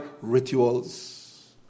rituals